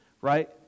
right